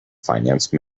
finance